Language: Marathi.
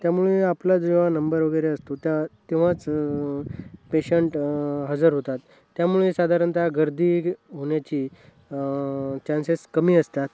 त्यामुळे आपला जेव्हा नंबर वगैरे असतो त्या तेव्हाच पेशंट हजर होतात त्यामुळे साधारणतः गर्दी होण्याची चान्सेस कमी असतात